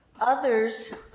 Others